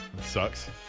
Sucks